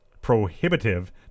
prohibitive